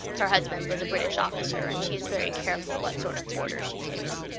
her husband was a british officer, and she is very careful what sort of boarders she takes.